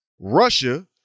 Russia